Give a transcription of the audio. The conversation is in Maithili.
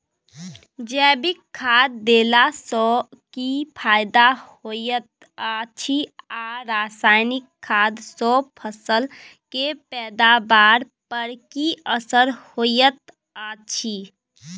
जैविक खाद देला सॅ की फायदा होयत अछि आ रसायनिक खाद सॅ फसल के पैदावार पर की असर होयत अछि?